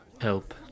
help